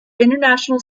international